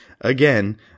again